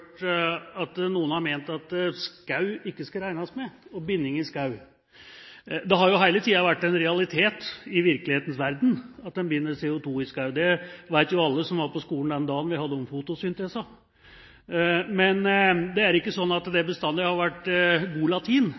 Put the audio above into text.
at noen har ment at skog og CO2-binding i skog ikke skal regnes med. Det har hele tiden vært en realitet i virkelighetens verden at en binder CO2 i skog – det vet jo alle som var på skolen den dagen vi hadde om fotosyntesen – men dette har ikke bestandig vært god latin;